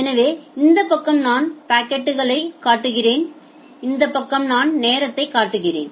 எனவே இந்த பக்கம் நான் பாக்கெட்களைக் காட்டுகிறேன் இந்த பக்கம் நான் நேரத்தைக் காட்டுகிறோம்